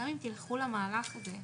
גם אם תלכו למהלך הזה,